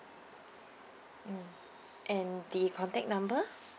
mm and the contact number